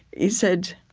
he said,